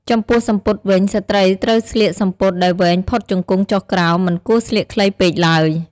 ចំពោះសំពត់វិញ ស្រ្តីត្រូវស្លៀកសំពត់ដែលវែងផុតជង្គង់ចុះក្រោម មិនគួរស្លៀកខ្លីពេកទ្បើយ។